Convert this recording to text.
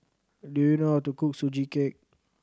do you know how to cook Sugee Cake